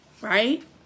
right